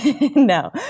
no